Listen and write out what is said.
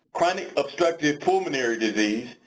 chronic obstructive pulmonary disease,